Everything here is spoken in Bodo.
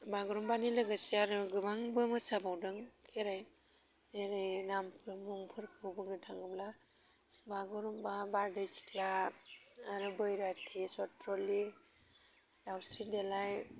बागुरुम्बानि लोगोसे आरो गोबांबो मोसाबावदों खेराइ जेरै नामफोर मुंफोरखौ बुंनो थाङोब्ला बागुरुम्बा बारदै सिख्ला आरो बैराथि सथ्रालि दाउस्रि देलाइ